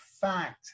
fact